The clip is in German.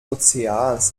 ozeans